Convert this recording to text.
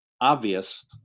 obvious